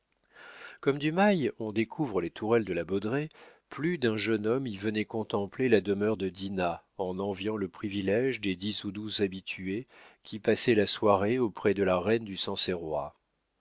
comme du mail on découvre les tourelles de la baudraye plus d'un jeune homme y venait contempler la demeure de dinah en enviant le privilége des dix ou douze habitués qui passaient la soirée auprès de la reine du